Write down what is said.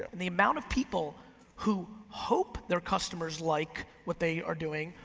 the amount of people who hope their customers like what they are doing,